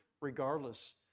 regardless